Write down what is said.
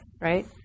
right